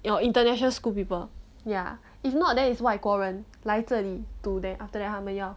your international school people ya if not then is 外国人来这里读 then after that 他们要